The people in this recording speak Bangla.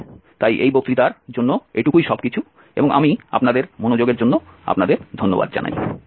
ঠিক আছে তাই এই বক্তৃতার জন্য এটুকুই সবকিছু এবং আমি আপনাদের মনোযোগের জন্য আপনাদর ধন্যবাদ জানাই